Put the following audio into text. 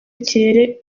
kirere